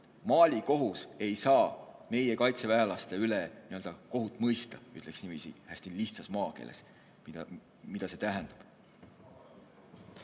Mali kohus ei saa meie kaitseväelaste üle kohut mõista, ütleks niiviisi hästi lihtsas maakeeles, see tähendab